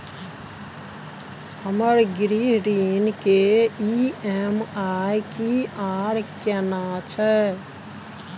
हमर गृह ऋण के ई.एम.आई की आर केना छै?